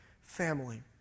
family